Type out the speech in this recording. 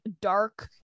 dark